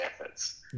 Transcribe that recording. efforts